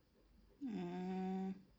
mm